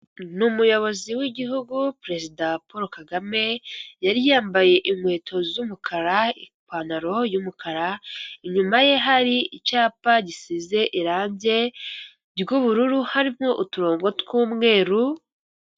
Ni umuyobozi w'igihugu perezida Polo Kagame, yari yambaye inkweto z'umukara, ipantaro y'umukara, inyuma ye hari icyapa gisize irange ry'ubururu harimo uturongo tw'umweru.